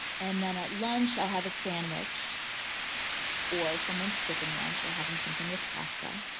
and then at lunch, i'll have a sandwich or someone's skipping lunch or having something with pasta.